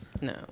no